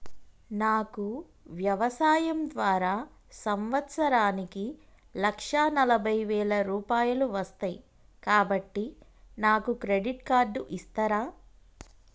నాకు వ్యవసాయం ద్వారా సంవత్సరానికి లక్ష నలభై వేల రూపాయలు వస్తయ్, కాబట్టి నాకు క్రెడిట్ కార్డ్ ఇస్తరా?